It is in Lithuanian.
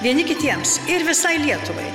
vieni kitiems ir visai lietuvai